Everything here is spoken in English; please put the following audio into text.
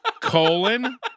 colon